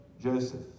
Joseph